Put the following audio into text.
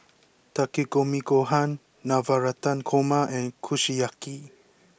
Takikomi Gohan Navratan Korma and Kushiyaki